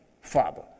Father